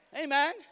Amen